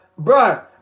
Bruh